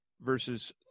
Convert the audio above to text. verses